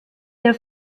der